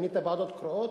מינית ועדות קרואות?